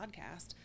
podcast